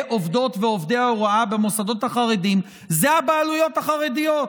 עובדות ועובדי ההוראה במוסדות החרדיים אלו הבעלויות החרדיות.